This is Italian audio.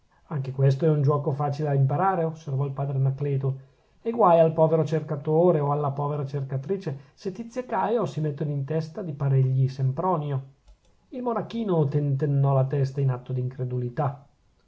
anche questo è un giuoco facile a imparare osservò il padre anacleto e guai al povero cercatore o alla povera cercatrice se tizio e caio si mettono in testa di parergli sempronio il monachino tentennò la testa in atto d'incredulità